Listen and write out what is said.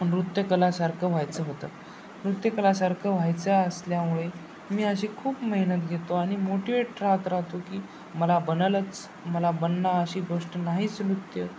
नृत्यकलासारखं व्हायचं होतं नृत्यकलासारखं व्हायचं असल्यामुळे मी अशी खूप मेहनत घेतो आणि मोटिवेट राहत राहतो की मला बनलच मला बनणं अशी गोष्ट नाहीच नृत्य